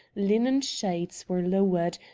linen shades were lowered,